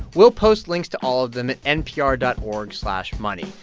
we'll post links to all of them at npr dot org slash money,